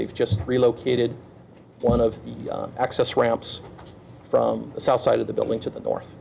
they've just relocated one of the access ramps from the south side of the building to the north